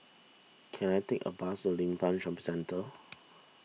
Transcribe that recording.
can I take a bus to Limbang Shopping Centre